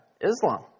Islam